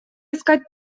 искать